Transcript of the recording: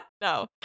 No